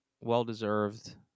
Well-deserved